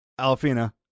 Alfina